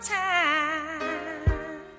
time